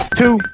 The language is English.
two